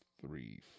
three